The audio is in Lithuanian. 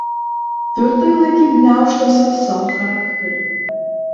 tvirtai laikyk gniaužtuose savo charakterį